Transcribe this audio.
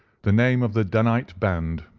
the name of the danite band,